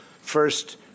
first